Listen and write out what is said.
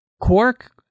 Quark